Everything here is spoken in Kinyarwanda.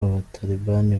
abatalibani